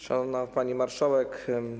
Szanowna Pani Marszałek!